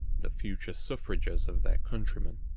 the future suffrages of their countrymen.